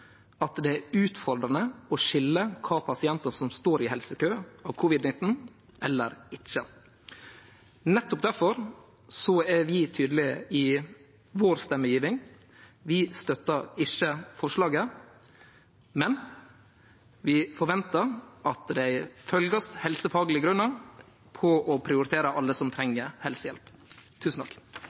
at det er utfordrande å skilje kva pasientar som står i helsekø på grunn av covid-19, eller ikkje. Nettopp difor er vi tydelege i vår stemmegjeving: Vi støttar ikkje forslaget, men vi forventar at ein følgjer opp helsefaglege grunnar for å prioritere alle som treng helsehjelp.